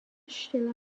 stelle